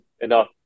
enough